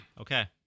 Okay